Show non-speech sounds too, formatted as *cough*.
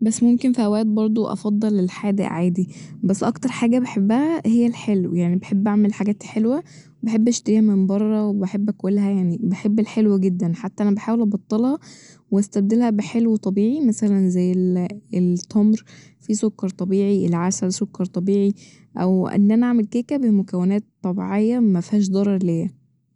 بس ممكن ف أوقات برضه أفضل الحادق عادي بس أكتر حاجة بحبها هي الحلو يعني بحب أعمل حاجات حلوة وبحب أشتريها من بره وبحب أكلها يعني بحب الحلو جدا حتى أنا بحاول أبطلها واستبدلها بحلو طبيعي مثلا زي ال *hesitation* التمر في سكر طبيعي العسل سكر طبيعي أو إن أنا اعمل كيكة بمكونات طبيعية مفهاش ضرر ليا